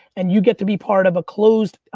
and you get to be part of a closed.